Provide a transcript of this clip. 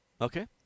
Okay